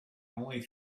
only